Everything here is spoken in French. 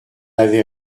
avait